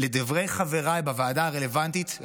לדברי חבריי בוועדה הרלוונטית,